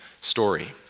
story